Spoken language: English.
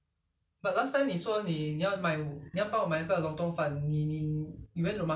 I didn't see any lontong there you know maybe I never you know